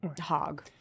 hog